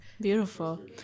Beautiful